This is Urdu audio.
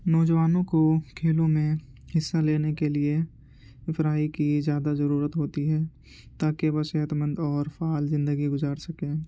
نوجوانوں کو کھیلوں میں حصہ لینے کے لیے افزائی کی زیادہ ضرورت ہوتی ہے تاکہ وہ صحت مند اور فعال زندگی گزار سکیں